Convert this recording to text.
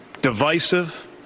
divisive